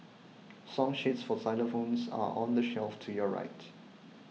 song sheets for xylophones are on the shelf to your right